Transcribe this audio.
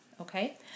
okay